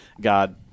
god